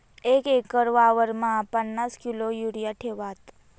एक एकर वावरमा पन्नास किलो युरिया ठेवात